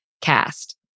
cast